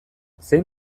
zein